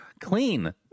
clean